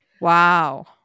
Wow